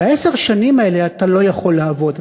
בעשר השנים האלה אתה לא יכול לעבוד.